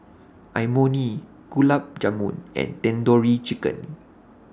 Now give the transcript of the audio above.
Imoni Gulab Jamun and Tandoori Chicken